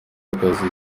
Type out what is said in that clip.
akazi